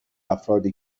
افرادی